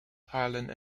thailand